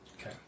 Okay